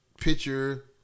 picture